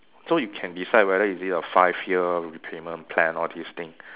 so you can decide whether is it a five year repayment plan all these thing